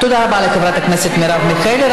תודה רבה לחברת הכנסת מרב מיכאלי.